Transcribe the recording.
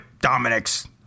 Dominic's